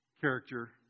character